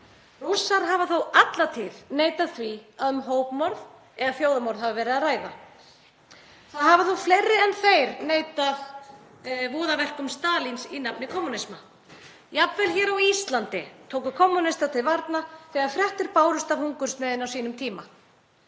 Rússar hafa þó alla tíð neitað því að um hópmorð eða þjóðarmorð hafi verið að ræða. Það hafa þó fleiri en þeir neitað voðaverkum Stalíns í nafni kommúnisma, jafnvel hér á Íslandi tóku kommúnistar til varna þegar fréttir bárust af hungursneyðinni á sínum tíma.